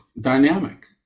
dynamic